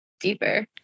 deeper